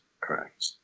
Correct